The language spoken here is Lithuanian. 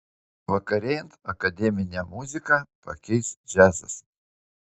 vakarėjant akademinę muziką pakeis džiazas